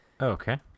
Okay